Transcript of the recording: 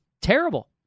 terrible